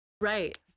Right